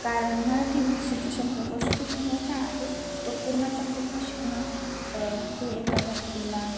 कारण मराठी भाषेचा शब्दकोश खूप मोठा आहे तो पूर्णच्या पूर्ण शिकणं हे एका व्यक्तीला